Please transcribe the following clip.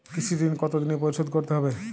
কৃষি ঋণ কতোদিনে পরিশোধ করতে হবে?